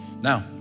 Now